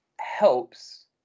helps